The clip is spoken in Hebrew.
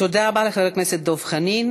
תודה רבה לחבר הכנסת דב חנין.